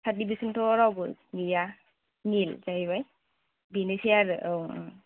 थार्द division थ' रावबो गैया निल जाहैबाय बेनोसै आरो औ